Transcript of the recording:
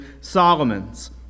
Solomon's